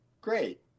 Great